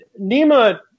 Nima